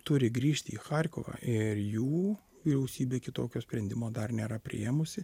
turi grįžti į charkovą ir jų vyriausybė kitokio sprendimo dar nėra priėmusi